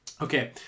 Okay